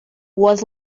was